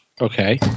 Okay